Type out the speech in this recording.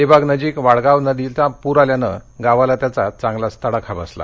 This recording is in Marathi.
अलिबागनजिक वाडगावच्या नदीला पूर आल्यानं गावाला त्याचा चांगलाच तडाखा बसला